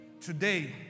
Today